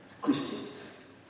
Christians